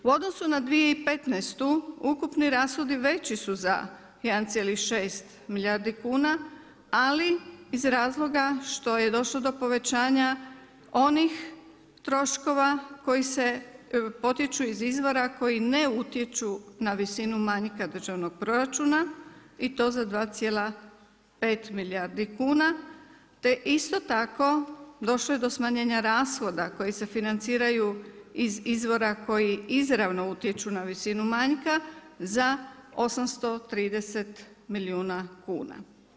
U odnosu na 2015. ukupni rashodi veći su za 1,6 milijardi kuna, ali iz razloga što je došlo do povećanja onih troškova koji potječu iz izvora, koji ne utječu na visinu manjka državnog proračuna i to za 2,5 milijardi kuna, te isto tako došlo je do smanjenja rashoda koji se financiraju iz izvora koji izravno utječu na visinu manjka za 830 milijuna kuna.